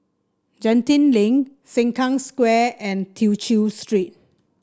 Genting Link Sengkang Square and Tew Chew Street